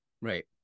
Right